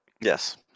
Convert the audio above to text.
Yes